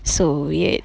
so weird